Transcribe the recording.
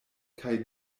kaj